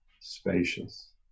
spacious